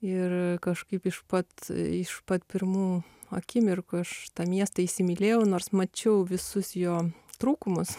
ir kažkaip iš pat iš pat pirmų akimirkų aš tą miestą įsimylėjau nors mačiau visus jo trūkumus